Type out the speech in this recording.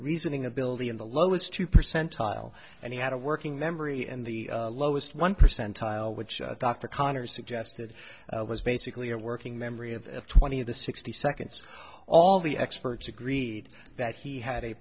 reasoning ability in the lowest two percent tile and he had a working memory and the lowest one percentile which dr connors suggested was basically a working memory of twenty of the sixty seconds all the experts agreed that he had a